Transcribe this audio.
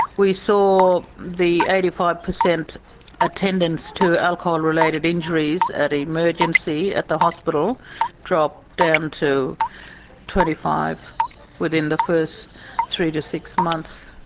we saw the eighty five percent attendance to alcohol-related injuries at emergency at the hospital drop down to twenty five percent within the first three to six months.